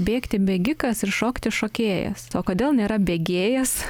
bėgti bėgikas ir šokti šokėjas o kodėl nėra bėgėjas